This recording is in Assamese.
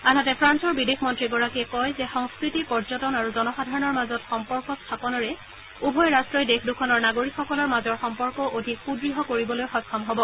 আনহাতে ফ্ৰান্সৰ বিদেশ মন্ত্ৰীগৰাকীয়ে কয় যে সংস্কৃতি পৰ্যটন আৰু জনসাধাৰণৰ মাজত সম্পৰ্ক স্থাপনেৰে উভয় ৰাট্টই দেশ দুখনৰ নাগৰিকসকলৰ মাজৰ সম্পৰ্ক অধিক সুদঢ় কৰিবলৈ সক্ষম হব